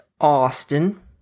Austin